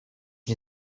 nie